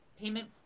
payment